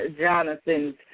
Jonathan's